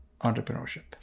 entrepreneurship